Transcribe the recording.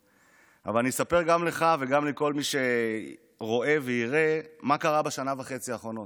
אבל אני אספר גם לך וגם לכל מי שרואה ויראה מה קרה בשנה וחצי האחרונות.